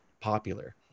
popular